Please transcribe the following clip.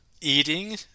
eating